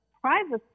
privacy